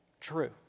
True